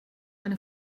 eine